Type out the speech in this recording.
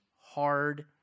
hard